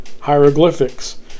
hieroglyphics